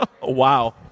Wow